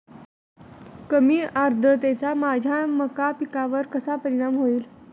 कमी आर्द्रतेचा माझ्या मका पिकावर कसा परिणाम होईल?